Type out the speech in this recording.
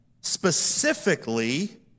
specifically